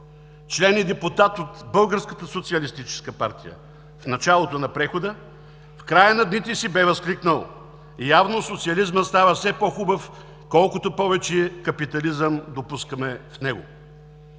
партия в началото на прехода, в края на дните си бе възкликнал: „Явно социализмът става все по-хубав, колкото повече капитализъм допускаме в него!“.